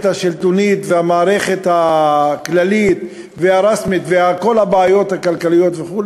השלטונית והמערכת הכללית והרשמית וכל הבעיות הכלכליות וכו',